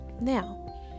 now